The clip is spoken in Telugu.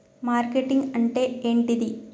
మార్కెటింగ్ అంటే ఏంటిది?